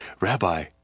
Rabbi